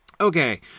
Okay